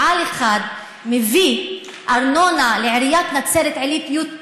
מביא ארנונה לעיריית נצרת עילית יותר